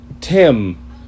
Tim